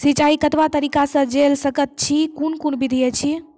सिंचाई कतवा तरीका सअ के जेल सकैत छी, कून कून विधि ऐछि?